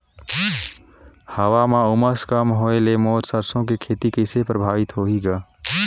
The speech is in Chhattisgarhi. हवा म उमस कम होए ले मोर सरसो के खेती कइसे प्रभावित होही ग?